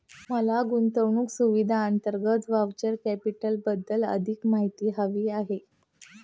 मला गुंतवणूक सुविधांअंतर्गत व्हेंचर कॅपिटलबद्दल अधिक माहिती हवी आहे